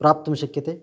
प्राप्तुं शक्यते